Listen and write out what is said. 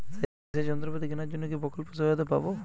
সেচের যন্ত্রপাতি কেনার জন্য কি প্রকল্পে সহায়তা পাব?